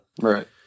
Right